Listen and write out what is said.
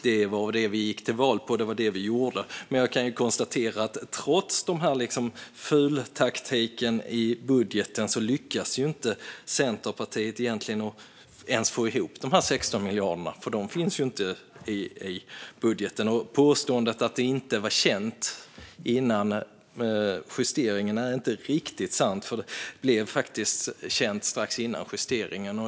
Det var det vi gick till val på, och det var det vi gjorde. Jag kan konstatera att trots fultaktiken i budgeten lyckas inte Centerpartiet ens få ihop de här 16 miljarderna. De finns inte i budgeten. Påståendet att det inte var känt före justeringen är inte riktigt sant. Det blev faktiskt känt strax före justeringen.